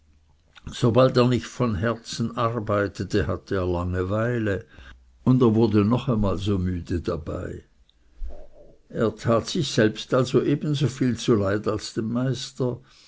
sobald er nicht von herzen arbeitete hatte er langeweile und er wurde noch einmal so müde dabei er tat sich selbst also ebenso viel zuleid als dem meister